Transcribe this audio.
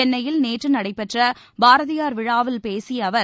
சென்னையில் நேற்றுநடடபெற்றபாரதியார் விழாவில் பேசியஅவர்